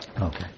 Okay